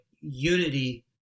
unity